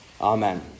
Amen